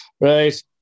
Right